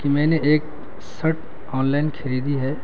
کہ میں نے ایک سرٹ آن لائن خریدی ہے